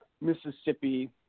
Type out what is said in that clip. Mississippi